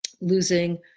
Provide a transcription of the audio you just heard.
losing